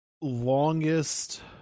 longest